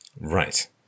Right